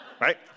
right